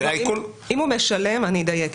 אני אדייק.